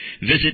visit